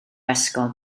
ysgol